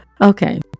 okay